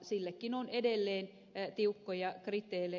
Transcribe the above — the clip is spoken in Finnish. sillekin on edelleen tiukkoja kriteereitä